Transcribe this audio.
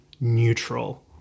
neutral